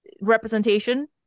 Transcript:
representation